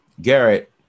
Garrett